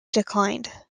declined